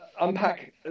unpack